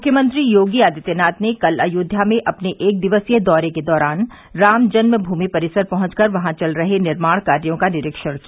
मुख्यमंत्री योगी आदित्यनाथ ने कल अयोध्या में अपने एक दिवसीय दौरे के दौरान रामजन्म भूमि परिसर पहुंचकर वहां चल रहे निर्माण कार्यो का निरीक्षण किया